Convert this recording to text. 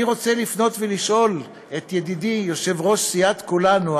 ואני רוצה לפנות ולשאול את ידידי יושב-ראש סיעת כולנו,